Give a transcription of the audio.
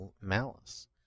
malice